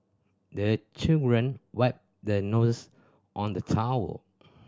the children wipe their nose on the towel